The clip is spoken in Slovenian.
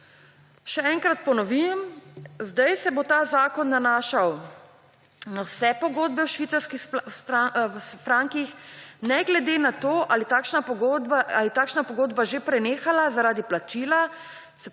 Še enkrat ponovim, zdaj se bo ta zakon nanašal na vse pogodbe v švicarskih frankih, ne glede na to, ali je takšna pogodba že prenehala zaradi poplačila